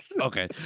Okay